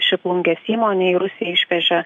ši plungės įmonė į rusiją išvežė